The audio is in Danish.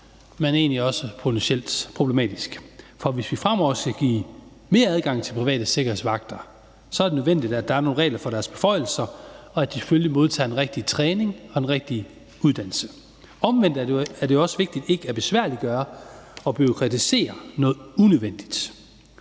men egentlig også potentielt problematisk. For hvis vi fremover skal give mere adgang til private sikkerhedsvagter, er det nødvendigt, at der er nogle regler for deres beføjelser, og at de selvfølgelig modtager den rigtige træning og den rigtige uddannelse. Omvendt er det jo også vigtigt ikke at besværliggøre og bureaukratisere noget unødvendigt.